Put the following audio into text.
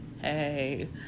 hey